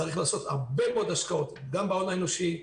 צריך לעשות הרבה מאוד השקעות בהון האנושי,